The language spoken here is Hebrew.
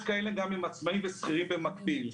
יש כאלה שהם גם עצמאים ושכירים במקביל.